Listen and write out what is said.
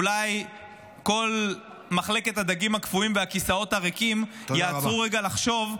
אולי כל מחלקת הדגים הקפואים והכיסאות הריקים ייאלצו רגע לחשוב,